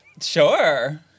Sure